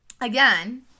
again